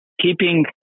keeping